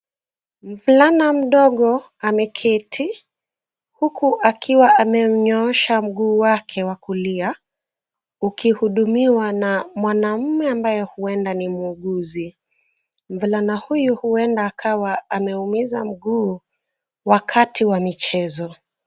Mvulana mdogo ameketi huku akiwa ameunyoosha mguu wake wa kulia, ukihudumiwa na mwanaume ambaye huenda ni muuguzi. Mvulana huyu huenda akawa ameumiza mguu wakati wa michezo.